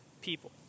people